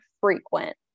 frequent